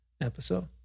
episode